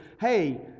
hey